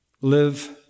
live